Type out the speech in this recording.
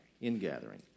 in-gathering